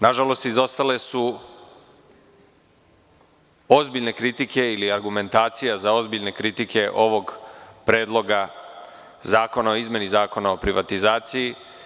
Na žalost, izostale su ozbiljne kritike ili argumentacija za ozbiljne kritike ovog predloga zakona o izmeni Zakona o privatizaciji.